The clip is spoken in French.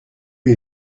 les